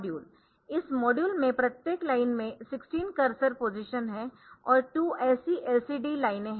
इस मॉड्यूल में प्रत्येक लाइन में 16 कर्सर पोज़िशन है और 2 ऐसी LCD लाइनें है